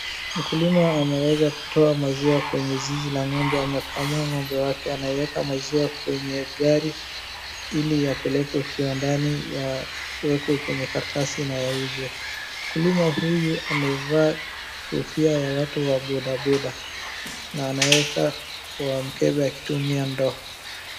Mkulima anaweza kutoa maziwa kwenye zizi la ng'ombe amekamua ng'ombe yake anaweka maziwa kwenye gari ili yapelekwe kiwandani yawekwe kwenye karatasi na yauzwe. Mkulima huyu amevaa kofia ya watu wa bodaboda na anaweka Kwa mkebe akitumia ndoo.